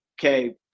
okay